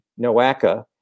NOACA